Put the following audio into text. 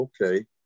okay